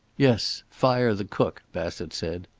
yes. fire the cook, bassett said,